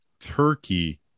Turkey